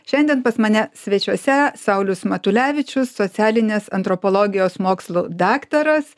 šiandien pas mane svečiuose saulius matulevičius socialinės antropologijos mokslų daktaras